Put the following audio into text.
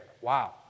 Wow